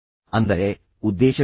ಅಂದರೆ ಉದ್ದೇಶವೇನು